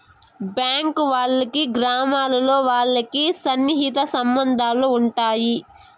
bank వాళ్ళకి గ్రామాల్లో వాళ్ళకి సన్నిహిత సంబంధాలు ఉంటాయి